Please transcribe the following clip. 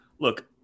look